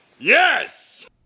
yes